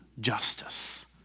justice